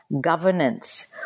governance